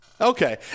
Okay